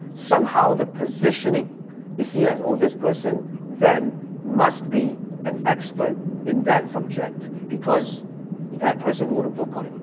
somehow the positioning is seen as, oh, this person then must be an expert in that subject because that person wrote a book on it.